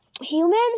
human